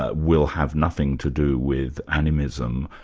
ah will have nothing to do with animism,